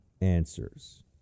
answers